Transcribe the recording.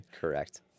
Correct